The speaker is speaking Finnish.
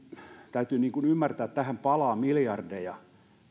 täytyy ymmärtää että tähän palaa nyt miljardeja